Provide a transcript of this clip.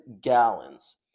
gallons